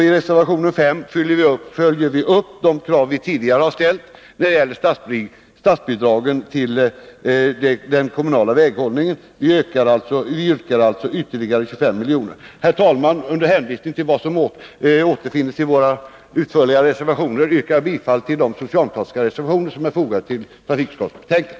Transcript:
I reservation 5 följer vi upp de krav som vi tidigare har ställt när det gäller statsbidrag till den kommunala väghållningen. Vi yrkar alltså att anslaget ökas med ytterligare 25 milj.kr. Herr talman! Med hänvisning till våra utförliga reservationer yrkar jag bifall till de socialdemokratiska reservationer som är fogade vid betänkandet.